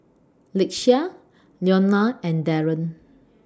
Lakeshia Leona and Daron